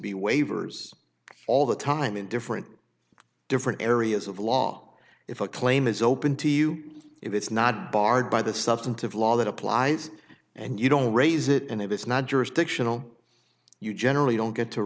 be waivers all the time in different different areas of law if a claim is open to you if it's not barred by the substantive law that applies and you don't raise it and it's not jurisdictional you generally don't get to